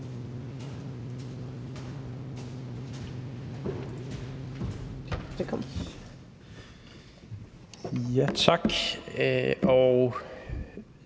Tak